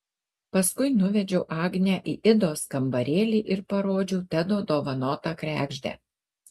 paskui nuvedžiau agnę į idos kambarėlį ir parodžiau tedo dovanotą kregždę